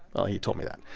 well, he told me that.